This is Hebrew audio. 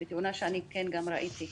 בתאונה שראיתי.